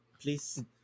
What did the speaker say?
please